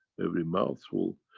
every mouthful,